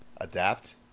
adapt